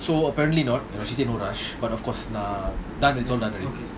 so apparently not well she said no rush but of course lah